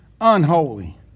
unholy